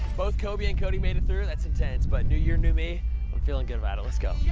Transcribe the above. both coby and cody made it through that's intense. but new year, new me i'm feeling good about it. let's go. yeah